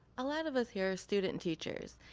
a lot of us here are student teachers,